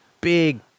big